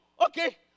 Okay